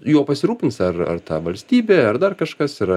juo pasirūpins ar ar ta valstybė ar dar kažkas yra